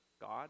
God